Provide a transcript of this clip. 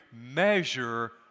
measure